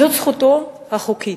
זאת זכותו החוקית.